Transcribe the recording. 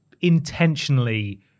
intentionally